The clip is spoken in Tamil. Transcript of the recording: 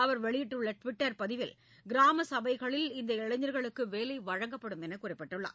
அவர் வெளியிட்டுள்ள டுவிட்டர் பதிவில் கிராம சபைகளில் இந்த இளைஞர்களுக்கு வேலை வழங்கப்படும் என்று குறிப்பிட்டுள்ளார்